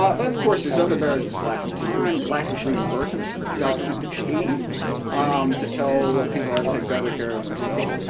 but, of course, there's other barriers just lack of time, lack of reversing doctors aren't paid to tell people how to take better care of themselves.